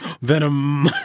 Venom